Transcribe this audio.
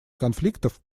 конфликтов